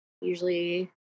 usually